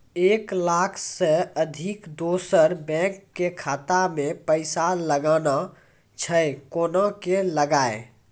एक लाख से अधिक दोसर बैंक के खाता मे पैसा लगाना छै कोना के लगाए?